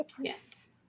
yes